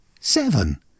Seven